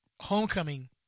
Homecoming